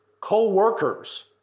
co-workers